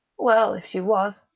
well, if she was,